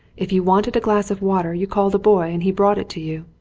if you wanted a glass of water you called a boy and he brought it to you.